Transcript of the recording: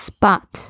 Spot